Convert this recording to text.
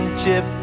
chip